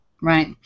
right